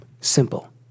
simple